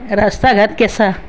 ৰাস্তা ঘাট কেঁচা